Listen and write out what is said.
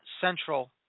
Central